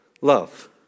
love